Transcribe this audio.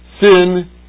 Sin